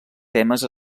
temes